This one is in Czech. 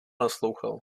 naslouchal